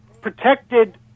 protected